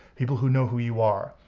people who know who you are,